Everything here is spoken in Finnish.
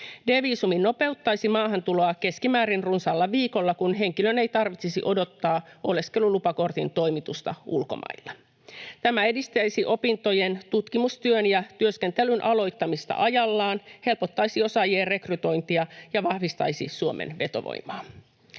D-viisumi nopeuttaisi maahantuloa keskimäärin runsaalla viikolla, kun henkilön ei tarvitsisi odottaa oleskelulupakortin toimitusta ulkomailla. Tämä edistäisi opintojen, tutkimustyön ja työskentelyn aloittamista ajallaan, helpottaisi osaajien rekrytointia ja vahvistaisi Suomen vetovoimaa.